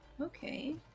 Okay